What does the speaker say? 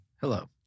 Hello